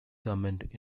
government